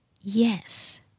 yes